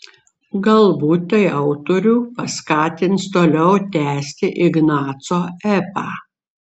galbūt tai autorių paskatins toliau tęsti ignaco epą